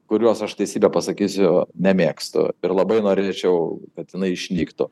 kurios aš teisybę pasakysiu nemėgstu ir labai norėčiau kad jinai išnyktų